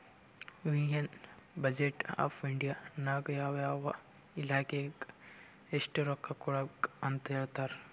union budget of India ನಾಗ್ ಯಾವ ಯಾವ ಇಲಾಖೆಗ್ ಎಸ್ಟ್ ರೊಕ್ಕಾ ಕೊಡ್ಬೇಕ್ ಅಂತ್ ಹೇಳ್ತಾರ್